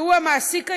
שהוא המעסיק הישיר,